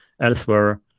elsewhere